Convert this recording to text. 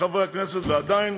חברי הכנסת, ועדיין